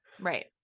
Right